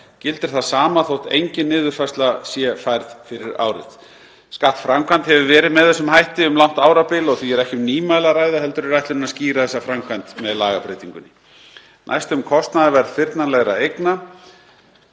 Gildir það sama þótt engin niðurfærsla sé færð fyrir árið. Skattframkvæmd hefur verið með þessum hætti um langt árabil og því er ekki um nýmæli að ræða heldur er ætlunin að skýra þessa framkvæmd með lagabreytingunni. Þá um kostnaðarverð fyrnanlegra eigna,